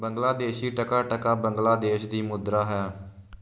ਬੰਗਲਾਦੇਸ਼ੀ ਟਕਾ ਟਕਾ ਬੰਗਲਾਦੇਸ਼ ਦੀ ਮੁਦਰਾ ਹੈ